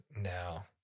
now